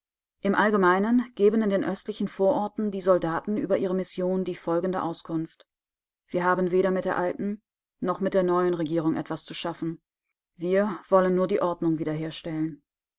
im allgemeinen geben in den östlichen vororten die soldaten über ihre mission die folgende auskunft wir haben weder mit der alten noch mit der neuen regierung etwas zu schaffen wir wollen nur die ordnung wiederherstellen